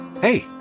Hey